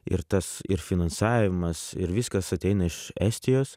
ir tas ir finansavimas ir viskas ateina iš estijos